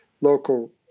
local